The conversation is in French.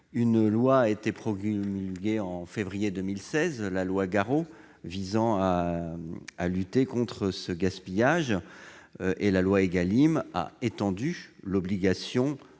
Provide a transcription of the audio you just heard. La loi Garot, promulguée en février 2016, vise à lutter contre ce gaspillage, et la loi Égalim a étendu l'obligation